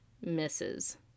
misses